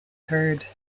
third